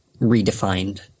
redefined